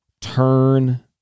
turn